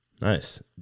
Nice